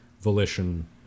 volition